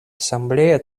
ассамблея